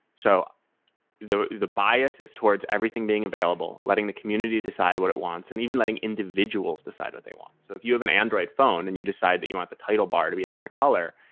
so the the bias is towards everything being available, letting the community decide what it wants, and even letting individuals decide what they want. so if you have an android phone and you decide that you want the title bar to be a different color,